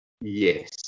Yes